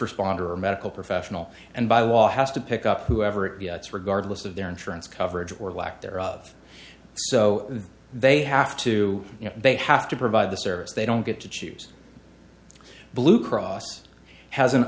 responder or medical professional and by law has to pick up whoever it regard less of their insurance coverage or lack thereof so they have to you know they have to provide the service they don't get to choose blue cross has an